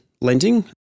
lending